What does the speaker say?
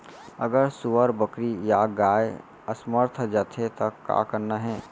अगर सुअर, बकरी या गाय असमर्थ जाथे ता का करना हे?